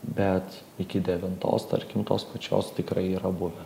bet iki devintos tarkim tos pačios tikrai yra buvę